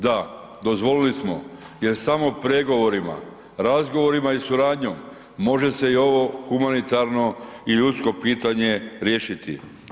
Da dozvolili smo jer samo pregovorima, razgovorima i suradnjom može se i ovo humanitarno i ljudsko pitanje riješiti.